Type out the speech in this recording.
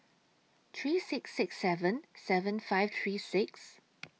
three six six seven seven five three six